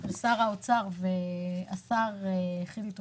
של שר האוצר והשר חילי טרופר,